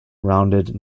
rounded